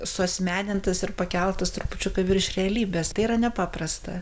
suasmenintas ir pakeltas trupučiuką virš realybės tai yra nepaprasta